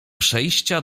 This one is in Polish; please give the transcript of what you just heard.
przejścia